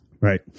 Right